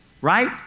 right